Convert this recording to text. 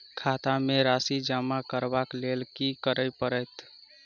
खाता मे राशि जमा करबाक लेल की करै पड़तै अछि?